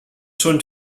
schon